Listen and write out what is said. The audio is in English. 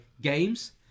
games